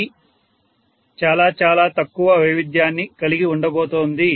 అది చాలా చాలా తక్కువ వైవిధ్యాన్ని కలిగి ఉండబోతోంది